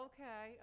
Okay